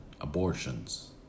abortions